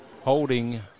holding